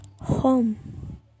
home